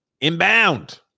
Inbound